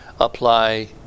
apply